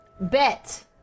Bet